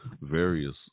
various